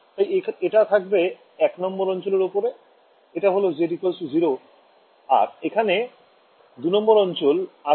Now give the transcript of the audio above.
তাই এটা থাকবে ১ নং অঞ্চলের ওপরে এটা হল z0 আর এখানে ২ নং অঞ্চল আছে